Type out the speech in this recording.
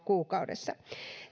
kuukaudessa